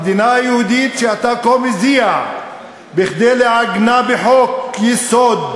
המדינה היהודית שאתה כה מזיע כדי לעגנה בחוק-יסוד,